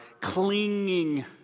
clinging